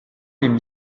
ihm